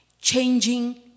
Changing